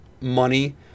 money